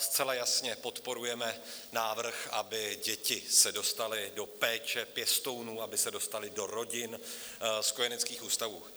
Zcela jasně podporujeme návrh, aby se děti dostaly do péče pěstounů, aby se dostaly do rodin z kojeneckých ústavů.